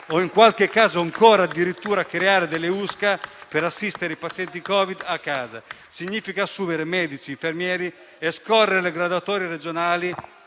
o in qualche caso ancora addirittura creare, le USCA per assistere i pazienti Covid a casa. Significa assumere medici e infermieri, scorrere le graduatorie regionali